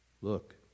Look